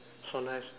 so nice